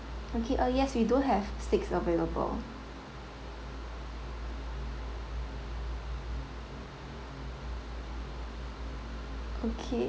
okay uh yes we do have steaks available okay